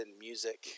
music